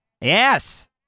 Yes